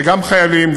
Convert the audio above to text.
שגם חיילים,